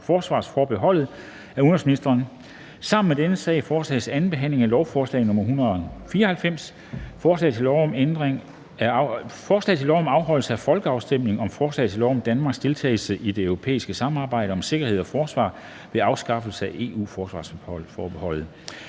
Messerschmidt (DF)). Sammen med dette punkt foretages: 6) 2. behandling af lovforslag nr. L 194: Forslag til lov om afholdelse af folkeafstemning om forslag til lov om Danmarks deltagelse i det europæiske samarbejde om sikkerhed og forsvar ved at afskaffe EU-forsvarsforbeholdet.